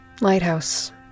Lighthouse